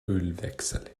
ölwechsel